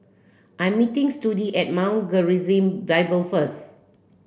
I am meeting Sudie at Mount Gerizim Bible first